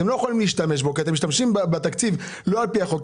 אתם לא יכולים להשתמש בו כי אתם משתמשים בתקציב לא על פי החוק,